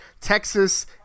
Texas